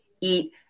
eat